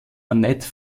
annette